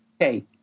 Okay